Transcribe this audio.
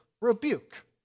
rebuke